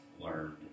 learned